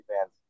fans